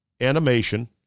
animation